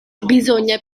bisogna